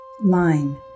line